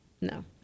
No